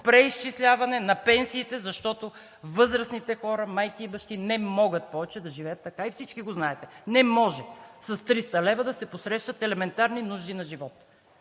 преизчисляване на пенсиите, защото възрастните хора – майки и бащи, не могат повече да живеят така и всички го знаете. Не може с 300 лв. да се посрещат елементарни нужди на живот!